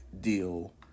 deal